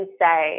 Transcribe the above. say